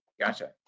Gotcha